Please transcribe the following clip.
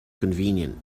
convenient